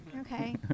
Okay